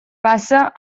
passe